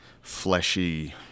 fleshy